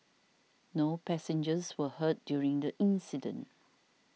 no passengers were hurt during the incident